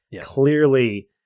clearly